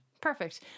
Perfect